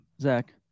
Zach